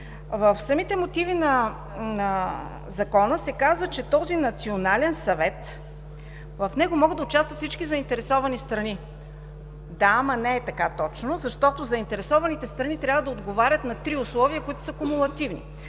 В самите мотиви на Закона се казва, че в този национален съвет могат да участват всички заинтересовани страни. Да, ама не е точно така, защото заинтересованите страни трябва да отговарят на три условия, които са кумулативни.